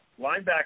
linebacker